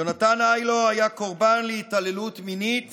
יונתן היילו היה קורבן להתעללות מינית